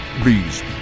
Please